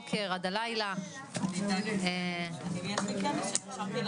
באישור מליאה, נמשיך את